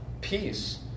peace